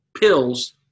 pills